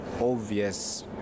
obvious